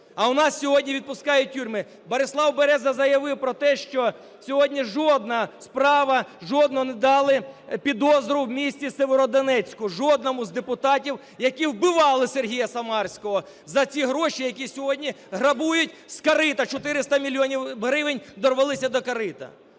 А у нас сьогодні відпускають з тюрми. Борислав Береза заявив про те, що сьогодні жодна справа, жодна, не дали підозру в містіСєвєродонецьку жодному з депутатів, які вбивали Сергія Самарського, за ці гроші, які сьогодні грабують з корита, 400 мільйонів гривень, дорвалися до корита.